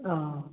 हाँ